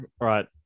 right